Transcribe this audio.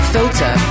Filter